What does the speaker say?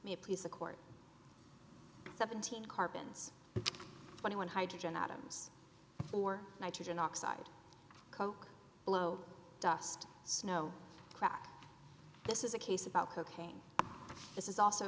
a peace accord seventeen carbons twenty one hydrogen atoms or nitrogen oxide coke blow dust snow crack this is a case about cocaine this is also